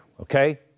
okay